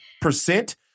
percent